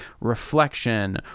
Reflection